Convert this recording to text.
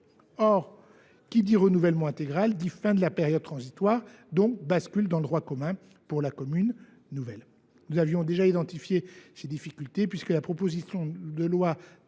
Or qui dit renouvellement intégral dit fin de la période transitoire et, partant, basculement dans le droit commun pour la commune nouvelle. Nous avions déjà identifié de telles difficultés, puisqu’une proposition de loi d’origine